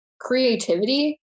creativity